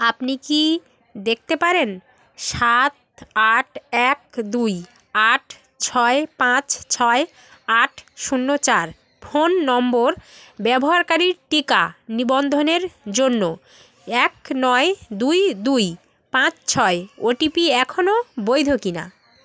আপনি কি দেখতে পারেন সাত আট এক দুই আট ছয় পাঁচ ছয় আট শূন্য চার ফোন নম্বর ব্যবহারকারীর টিকা নিবন্ধনের জন্য এক নয় দুই দুই পাঁচ ছয় ওটিপি এখনও বৈধ কিনা